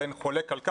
ואין חולק על כך.